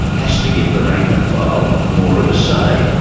has to give the rank-and-file more of a say.